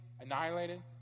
annihilated